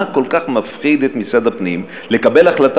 מה כל כך מפחיד את משרד הפנים לקבל החלטה